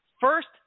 first